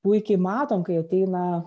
puikiai matom kai ateina